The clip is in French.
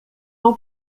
ans